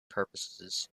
purposes